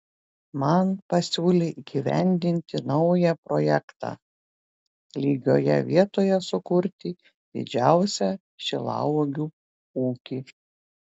man pasiūlė įgyvendinti naują projektą lygioje vietoje sukurti didžiausią šilauogių ūkį